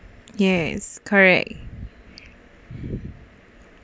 yes correct